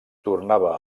tornava